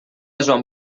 joan